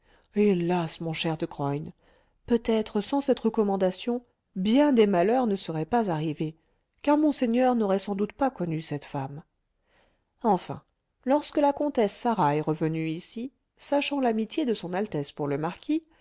hélas mon cher de graün peut-être sans cette recommandation bien des malheurs ne seraient pas arrivés car monseigneur n'aurait sans doute pas connu cette femme enfin lorsque la comtesse sarah est revenue ici sachant l'amitié de son altesse pour le marquis